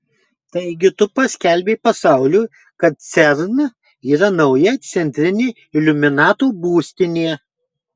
taigi tu paskelbei pasauliui kad cern yra nauja centrinė iliuminatų būstinė